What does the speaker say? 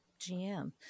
GM